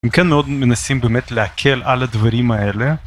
אם כן מאוד מנסים באמת להקל על הדברים האלה.